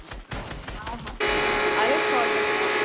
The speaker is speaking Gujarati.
હા હા અરે સો ટકા